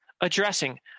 addressing